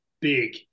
big